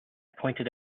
pointed